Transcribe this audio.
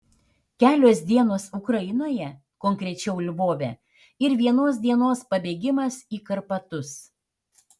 kelios dienos ukrainoje konkrečiau lvove ir vienos dienos pabėgimas į karpatus